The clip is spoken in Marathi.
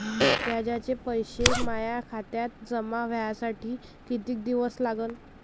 व्याजाचे पैसे माया खात्यात जमा व्हासाठी कितीक दिवस लागन?